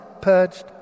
purged